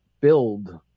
build